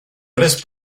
hores